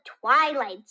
twilight